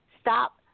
Stop